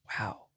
Wow